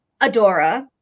Adora